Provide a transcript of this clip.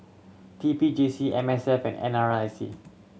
T P J C M S F and N R I C